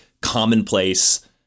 commonplace